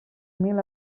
mil